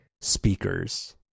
speakers